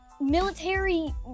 military